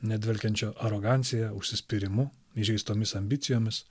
ne dvelkiančio arogancija užsispyrimu įžeistomis ambicijomis